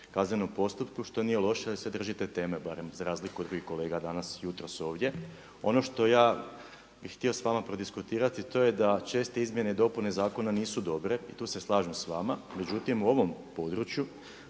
kaznenom postupku što nije loše jer se držite teme barem za razliku od drugih kolega danas, jutros ovdje. Ono što bi ja htio s vama prodiskutirati to je da česte izmjene i dopune zakona nisu dobre i tu se slažem s vama, međutim u ovom području